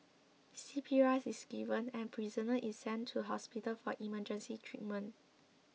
C P R is given and prisoner is sent to hospital for emergency treatment